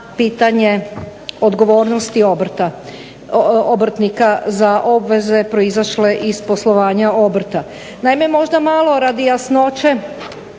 pitanje odgovornosti obrtnika za obveze proizašle iz poslovanja obrta. Naime možda malo radi jasnoće